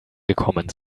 gekommen